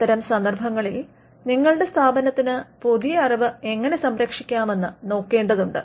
അത്തരം സന്ദർഭങ്ങളിൽ നിങ്ങളുടെ സ്ഥാപനത്തിന് പുതിയ അറിവ് എങ്ങനെ സംരക്ഷിക്കാമെന്ന് നോക്കേണ്ടതുണ്ട്